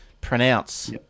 Pronounce